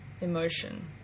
emotion